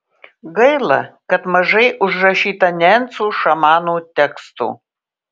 gaila kad mažai užrašyta nencų šamanų tekstų